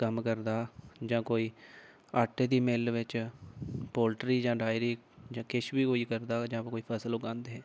कम्म करदा जां कोई आटे दी मिल बिच्च पोलट्री जां डेरी किश बी कोई करदा होऐ जां कोई फसल उगांदे